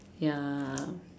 ya